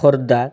Khordha